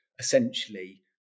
Essentially